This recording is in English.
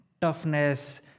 toughness